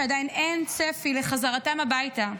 שעדיין אין צפי לחזרתם הביתה.